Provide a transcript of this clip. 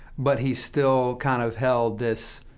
but he still kind of held this